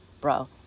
bro